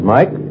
Mike